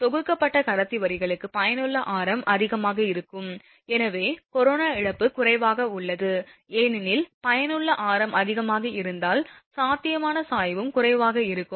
தொகுக்கப்பட்ட கடத்தி வரிகளுக்கு பயனுள்ள ஆரம் அதிகமாக உள்ளது எனவே கரோனா இழப்பு குறைவாக உள்ளது ஏனெனில் பயனுள்ள ஆரம் அதிகமாக இருந்தால் சாத்தியமான சாய்வும் குறைவாக இருக்கும்